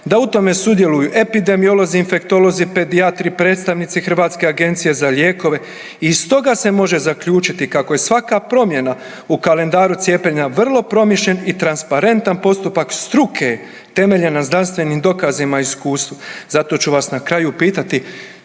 da u tome sudjeluju epidemiolozi, infektolozi, pedijatri, predstavnici Hrvatske agencije za lijekove i iz toga se može zaključiti kako je svaka promjena u kalendaru cijepljena vrlo promišljen i transparentan postupak struke temeljene na znanstvenim dokazima i iskustva. Zato ću vas na kraju pitati,